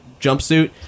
jumpsuit